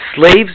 slaves